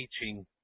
teaching